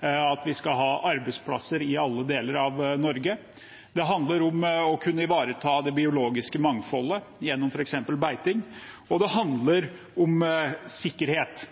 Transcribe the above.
at vi skal ha arbeidsplasser i alle deler av Norge. Det handler om å kunne ivareta det biologiske mangfoldet gjennom f.eks. beiting. Og det handler om sikkerhet